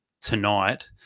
tonight